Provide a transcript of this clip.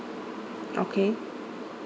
okay